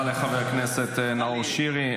תודה לחבר כנסת נאור שירי.